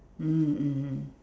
mmhmm mmhmm